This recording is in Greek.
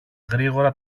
γρήγορα